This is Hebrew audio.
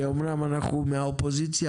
שאמנם אנחנו מהאופוזיציה,